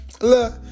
Look